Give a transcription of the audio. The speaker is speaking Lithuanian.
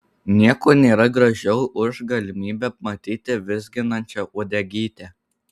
nieko nėra gražiau už galimybę matyti vizginančią uodegytę